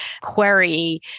query